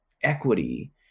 equity